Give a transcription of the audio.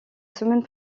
semaine